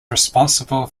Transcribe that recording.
responsible